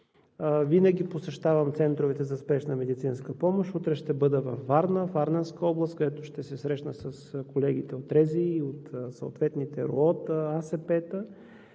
винаги посещавам центровете за спешна медицинска помощ. Утре ще бъда във Варна, във Варненска област, където ще се срещна с колегите от РЗИ и от съответните РУО-та и АСП-та.